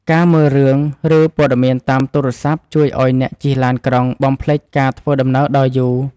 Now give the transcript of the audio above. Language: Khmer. ការមើលរឿង ឬព័ត៌មានតាមទូរស័ព្ទជួយឱ្យអ្នកជិះឡានក្រុងបំភ្លេចការធ្វើដំណើរដ៏យូរ។